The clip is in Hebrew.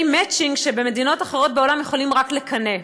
מצ'ינג שבמדינות אחרות בעולם יכולים רק לקנא בהם.